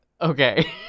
Okay